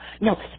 No